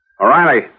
O'Reilly